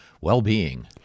well-being